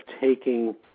taking